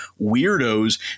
Weirdos